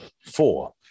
four